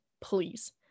please